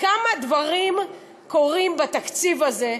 כמה דברים קורים בתקציב הזה,